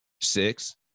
Six